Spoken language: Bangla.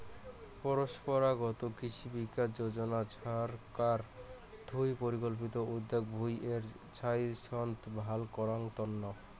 পরম্পরাগত কৃষি বিকাশ যোজনা ছরকার থুই পরিকল্পিত উদ্যগ ভূঁই এর ছাইস্থ ভাল করাঙ তন্ন